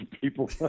people